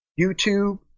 YouTube